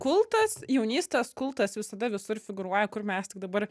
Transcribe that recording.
kultas jaunystės kultas visada visur figūruoja kur mes tik dabar